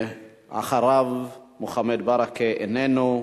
אחריו, מוחמד ברכה, איננו.